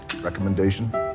Recommendation